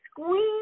squeeze